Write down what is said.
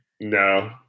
No